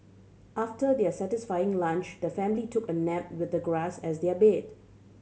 after their satisfying lunch the family took a nap with the grass as their bed